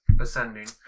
ascending